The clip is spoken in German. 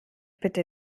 bitte